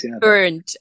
burned